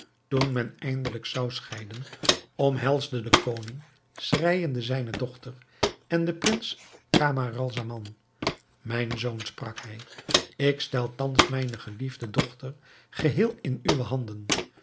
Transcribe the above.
toen men eindelijk zou scheiden omhelsde de koning schreijende zijne dochter en den prins camaralzaman mijn zoon sprak hij ik stel thans mijne geliefde dochter geheel in uwe handen